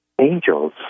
angels